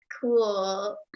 Cool